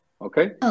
okay